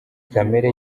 kamere